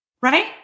right